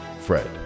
Fred